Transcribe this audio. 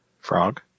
Frog